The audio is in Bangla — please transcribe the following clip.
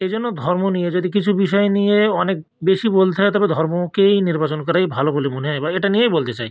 এই জন্য ধর্ম নিয়ে যদি কিছু বিষয় নিয়ে অনেক বেশি বলতে হয় তবে ধর্মকেই নির্বাচন করাই ভালো বলে মনে হয় বা এটা নিয়েই বলতে চাই